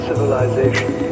civilization